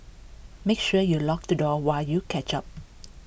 make sure you lock the door while you catch up